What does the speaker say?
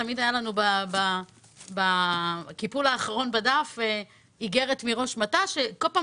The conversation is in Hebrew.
תמיד היה לנו בקיפול האחרון בדף איגרת מראש מת"ש שכל פעם